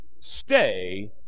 stay